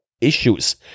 issues